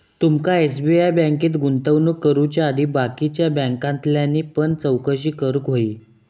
तुमका एस.बी.आय बँकेत गुंतवणूक करुच्या आधी बाकीच्या बॅन्कांतल्यानी पण चौकशी करूक व्हयी